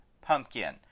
Pumpkin